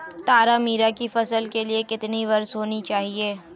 तारामीरा की फसल के लिए कितनी वर्षा होनी चाहिए?